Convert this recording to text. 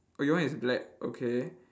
oh your one is black okay